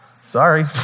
Sorry